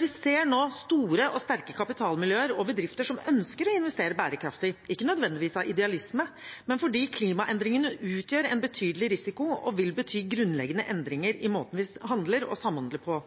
Vi ser nå store og sterke kapitalmiljøer og bedrifter som ønsker å investere bærekraftig – ikke nødvendigvis av idealisme, men fordi klimaendringene utgjør en betydelig risiko og vil bety grunnleggende endringer i måten vi handler og samhandler på.